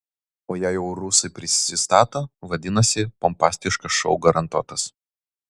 o jei jau rusai prisistato vadinasi pompastiškas šou garantuotas